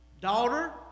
Daughter